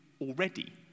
already